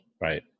Right